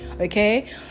okay